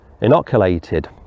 inoculated